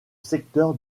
secteur